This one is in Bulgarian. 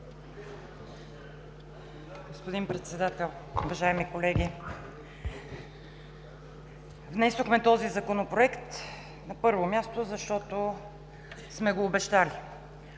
Господин Председател, уважаеми колеги! Внесохме този Законопроект, на първо място, защото сме го обещали